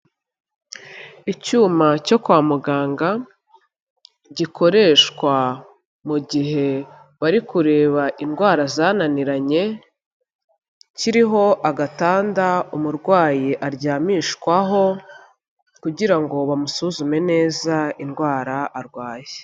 Icyuma cyo kwa muganga, gikoreshwa mu gihe bari kureba indwara zananiranye, kiriho agatanda umurwayi aryamishwaho kugira ngo bamusuzume neza indwara arwaye.